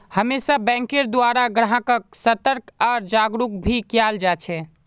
हमेशा बैंकेर द्वारा ग्राहक्क सतर्क आर जागरूक भी कियाल जा छे